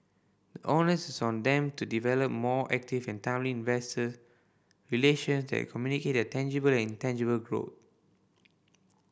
the onus is on them to develop more active and timely investor relation that communicate their tangible and intangible growth